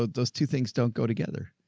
those, those two things don't go together.